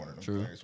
True